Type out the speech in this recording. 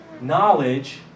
knowledge